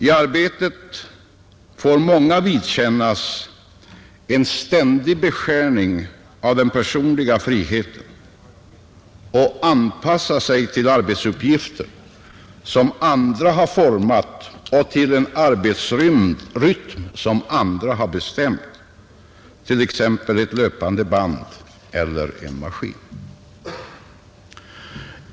I arbetet får många vidkännas en ständig beskärning av den personliga friheten och anpassa sig till arbetsuppgifter, som andra har format, en arbetsrytm som andra har bestämt, t.ex. vid ett löpande band eller en maskin.